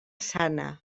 sana